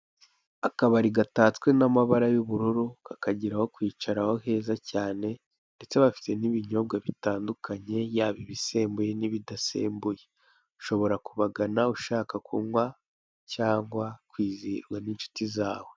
Akabari gatatswe n'amabara y'ubururu, kakagira aho kwicaraho heza cyane, ndetse bafite n'ibinyobwa bitandukanye, yaba ibisembuye n' ibidasembuye. Ushobora kubagana ushaka kunywa cyangwa kwizihirwa n'inshuti zawe.